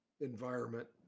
environment